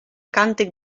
càntic